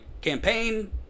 campaign